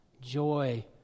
joy